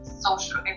social